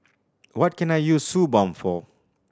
what can I use Suu Balm for